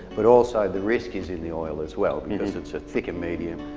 but also the risk is in the oil as well because it's ah thicker medium.